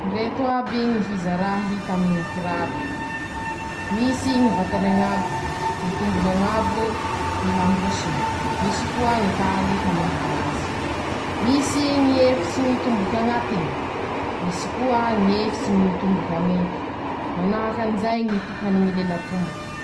Ndreto aby ñy fizarà hita aminy ñy kiraro :-Misy ñy vatany añabo, tombony añabo, ñy lambosiny, misy koa ñy taly famehea ñazy, misy ñy efitsiny ñy tomboky añatiny, misy koa ñy efitsiny ñy tomboky amonto, manahaky anizay ñy tohany ñy lelan-tomboky.